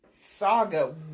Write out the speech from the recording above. saga